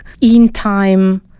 in-time